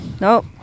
Nope